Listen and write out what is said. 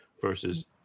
versus